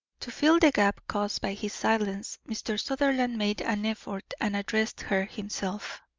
to fill the gap caused by his silence, mr. sutherland made an effort and addressed her himself.